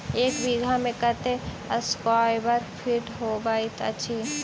एक बीघा मे कत्ते स्क्वायर फीट होइत अछि?